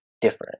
different